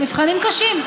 מבחנים קשים.